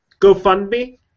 GoFundMe